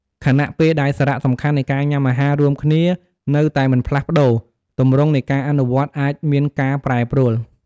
ខណៈពេលដែលសារៈសំខាន់នៃការញ៉ាំអាហាររួមគ្នានៅតែមិនផ្លាស់ប្តូរ ទម្រង់នៃការអនុវត្តអាចមានការប្រែប្រួល។